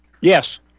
Yes